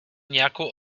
nějakou